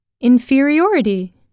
Inferiority